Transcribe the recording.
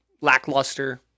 lackluster